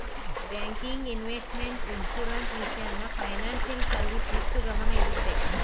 banking, investment, insurance, ವಿಷಯನ financial service ಹೆಚ್ಚು ಗಮನ ಇಡುತ್ತೆ